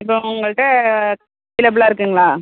இப்போ உங்கள்கிட்ட அவைலபில்லா இருக்குங்களா